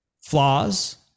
flaws